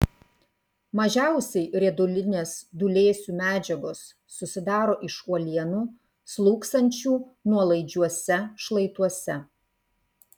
mažiausiai riedulinės dūlėsių medžiagos susidaro iš uolienų slūgsančių nuolaidžiuose šlaituose